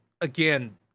again